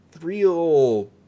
real